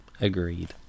Agreed